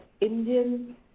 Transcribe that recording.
Indian